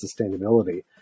sustainability